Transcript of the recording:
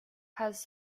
has